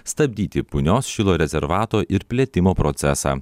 stabdyti punios šilo rezervato ir plėtimo procesą